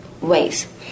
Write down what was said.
ways